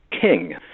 king